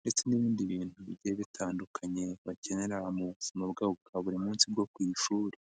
ndetse n'ibindi bintu bigiye bitandukanye bakenera mu buzima bwabo bwa buri munsi bwo ku ishuri.